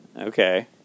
Okay